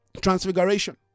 transfiguration